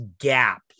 gap